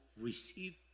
receive